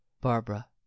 Barbara